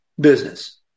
business